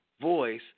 voice